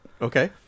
Okay